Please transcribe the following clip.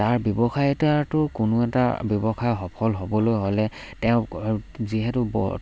তাৰ ব্যৱসায় এটাটো কোনো এটা ব্যৱসায় সফল হ'বলৈ হ'লে তেওঁক যিহেতু ব